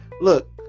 look